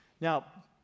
Now